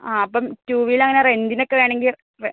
ആ അപ്പം two wheeler അങ്ങനെ റെൻ്റിനൊക്കെ വേണമെങ്കിൽ